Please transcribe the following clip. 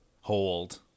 hold